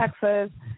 Texas